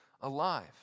alive